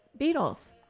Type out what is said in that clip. Beatles